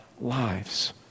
lives